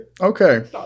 Okay